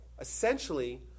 Essentially